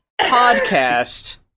podcast